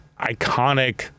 iconic